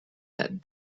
that